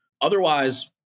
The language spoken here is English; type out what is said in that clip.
Otherwise